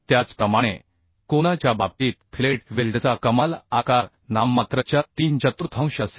त्याचप्रमाणे कोना च्या बाबतीत फिलेट वेल्डचा कमाल आकार नाममात्रच्या 3 चतुर्थांश असेल